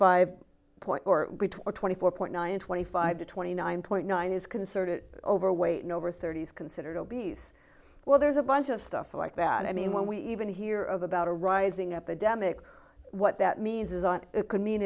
five point or twenty four point nine twenty five to twenty nine point nine is concerted overweight and over thirty is considered obese well there's a bunch of stuff like that i mean when we even hear of about a rising epidemic what that means isn't it could mean